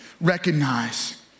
recognize